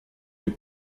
des